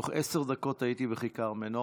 תוך עשר דקות הייתי בכיכר מנורה,